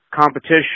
competition